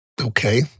Okay